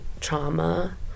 trauma